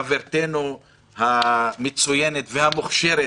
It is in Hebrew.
חברתנו המצוינת והמוכשרת,